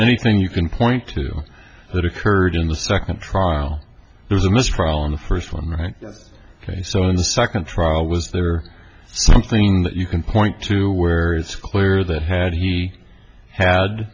anything you can point to that occurred in the second trial there's a mistrial on the first one right ok so in the second trial was there something that you can point to where it's clear that had he had